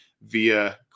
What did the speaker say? via